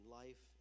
life